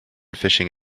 fishing